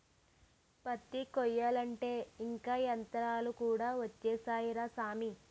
పత్తి కొయ్యాలంటే ఇంక యంతరాలు కూడా ఒచ్చేసాయ్ రా సామీ